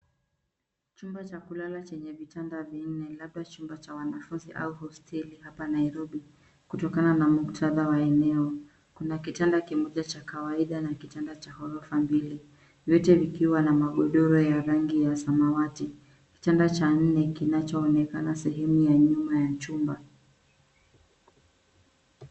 Chumba cha kulala chenye vitanda vinne, labda chumba cha wanafunzi au hosteli hapa Nairobi, kutokana na muktadha wa eneo. Kuna kitanda kimoja cha kawaida na kitanda cha ghorofa mbili, vyote vikiwa na magodoro ya rangi ya samawati. Kitanda cha nne kinachoonekana sehemu ya nyuma ya chuma.